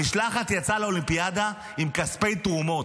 המשלחת יצאה לאולימפיאדה מכספי תרומות.